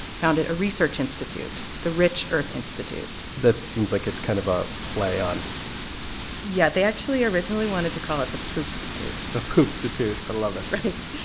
founded a research institute, the rich earth institute that seems like it's kind of a play on yeah, they actually originally wanted to call it the poop-stitute the poop-stitute i love it right.